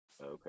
Okay